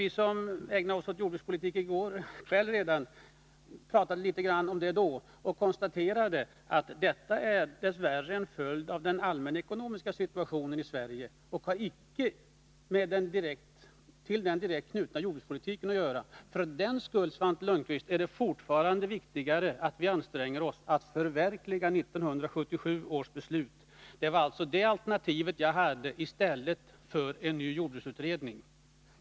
Vi som ägnade oss åt jordbrukspolitik redan i går kväll pratade litet om detta då och konstaterade att snedvridningen dess värre är en följd av den allmänekonomiska situationen i Sverige och inte har direkt med jordbrukspolitiken att göra. För den skull, Svante Lundkvist, är det fortfarande viktigare att vi anstränger oss att förverkliga 1977 års beslut. Det var detta alternativ som jag angav i stället för en ny jordbruksutredning.